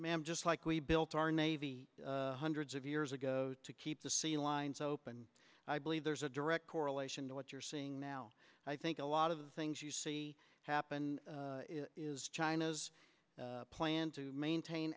ma'am just like we built our navy hundreds of years ago to keep the sea lines open i believe there's a direct correlation to what you're seeing now i think a lot of the things you see happen china's plan to maintain